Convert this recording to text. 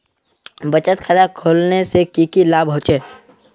बचत खाता खोलने से की की लाभ होचे?